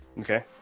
Okay